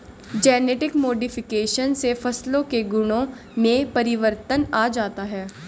genetic modification से फसलों के गुणों में परिवर्तन आ जाता है